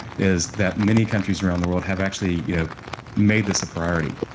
is that many countries around the world have actually you know made this a priority.